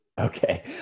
Okay